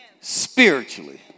spiritually